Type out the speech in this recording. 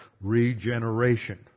Regeneration